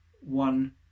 one